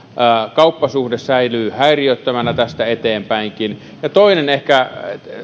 kauppasuhde säilyy häiriöttömänä tästä eteenpäinkin ja ehkä toinen